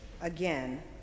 again